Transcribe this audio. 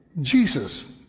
Jesus